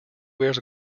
wears